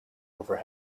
over